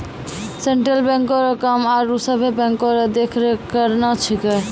central बैंको रो काम आरो सभे बैंको रो देख रेख करना छिकै